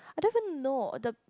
I don't even know the